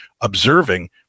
observing